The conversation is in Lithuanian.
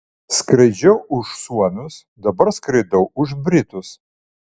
skraidžiau už suomius dabar skraidau už britus